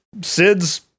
Sid's